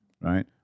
right